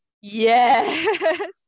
yes